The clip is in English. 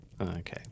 Okay